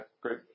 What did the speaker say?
great